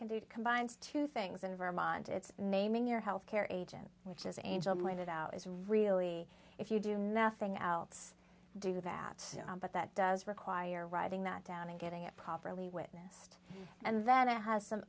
can do it combines two things in vermont it's naming your health care agent which is a job pointed out is really if you do nothing else do that but that does require writing that down and getting it properly witnessed and that it has some